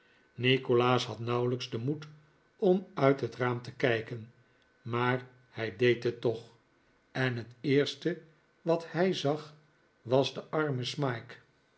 nikolaas had nauwelijks den moed om uit het raam te kijken maar hij deed het toch en het eerste wat hij zag was de arme smike